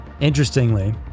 interestingly